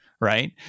Right